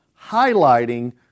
highlighting